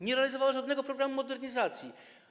Nie realizowała żadnego programu modernizacji.